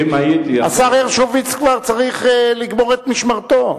השר הרשקוביץ צריך כבר לגמור את משמרתו.